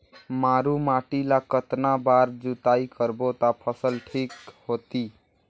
मारू माटी ला कतना बार जुताई करबो ता फसल ठीक होती?